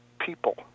people